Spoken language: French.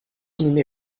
inhumé